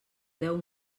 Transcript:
deu